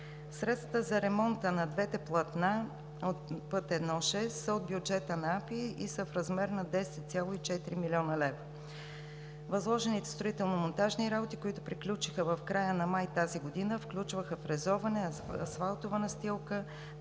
Средствата за ремонта на двете платна от път I-6 са от бюджета на Агенция „Пътна инфраструктура“ и са в размер на 10,4 млн. лв. Възложените строително-монтажни работи, които приключиха в края на месец май тази година, включваха фрезоване, асфалтова настилка